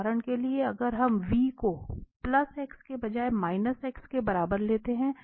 उदाहरण के लिए अगर हम v को x के बजाय x के बराबर लेते है